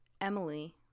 Emily